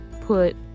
put